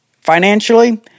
financially